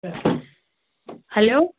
hello